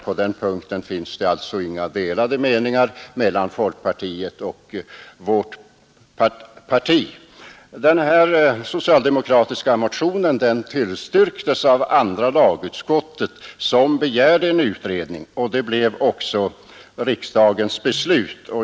På den punkten räder det alltså inga delade meningar mellan folkpartiet och vårt parti. De socialdemokratiska motionärerna begärde en utredning, och det tillstyrktes av andra lagutskottet. Detta blev också riksdagens beslut.